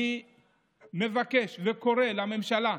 אני מבקש וקורא לממשלה,